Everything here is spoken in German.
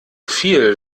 viel